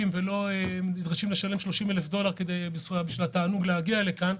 ולא נדרשים לשלם 30,000 דולרים בשביל התענוג שבהגעה לכאן.